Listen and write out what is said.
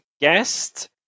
guest